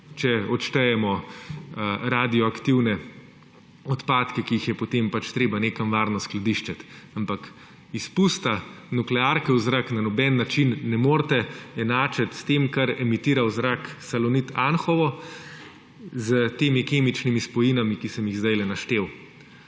če odštejemo radioaktivne odpadke, ki jih je potem pač treba nekam varno skladiščiti, ampak izpusta nuklearke v zrak na nobeden način ne morete enačiti s tem, kar emitira v zrak Salonit Anhovo s temi kemičnimi spojinami, ki sem jih sedaj naštel.